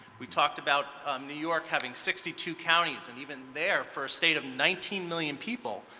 we talked about new york having sixty two counties and even there for estate of nineteen million people,